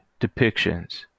depictions